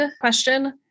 question